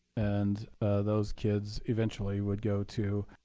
and those kids eventually would go to